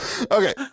Okay